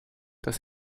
das